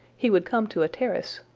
he would come to a terrace,